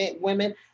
women